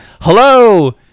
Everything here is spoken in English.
Hello